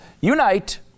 unite